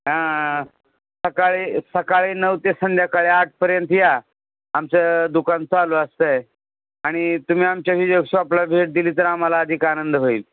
हा सकाळी सकाळी नऊ ते संध्याकाळी आठपर्यंत या आमचं दुकान चालू असतं आणि तुम्ही आमच्या ही ज शॉपला भेट दिली तर आम्हाला अधिक आनंद होईल